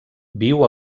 viu